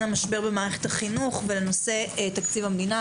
המשבר במערכת החינוך ולנושא תקציב המדינה.